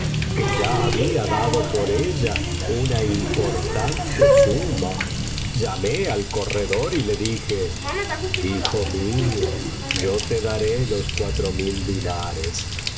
que ya había dado por ella una importante suma llamé al corredor y le dije hijo mío yo te daré los cuatro mil dinares